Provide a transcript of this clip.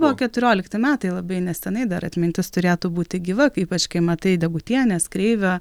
buvo keturiolikti metai labai nesenai dar atmintis turėtų būti gyva ypač kai matai degutienės kreivio